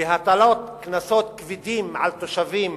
בהטלות קנסות כבדים על תושבים